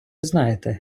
знаєте